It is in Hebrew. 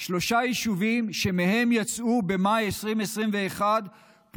שלושה יישובים שמהם יצאו במאי 2021 פורעים